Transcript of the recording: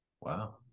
Wow